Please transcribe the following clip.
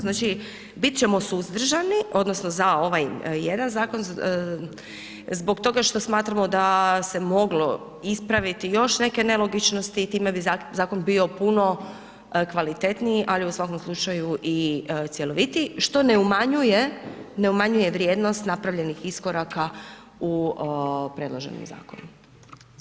Znači bit ćemo suzdržani odnosno za ovaj jedan zakon zbog toga što smatramo da se moglo ispraviti još neke nelogičnosti i time bi zakon bio puno kvalitetniji, ali u svakom slučaju i cjeloviti što ne umanjuje vrijednost napravljenih iskoraka u predloženom zakonu.